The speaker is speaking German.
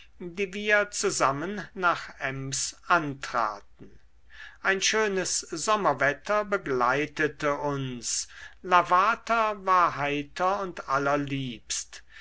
die wir zusammen nach ems antraten ein schönes sommerwetter begleitete uns lavater war heiter und allerliebst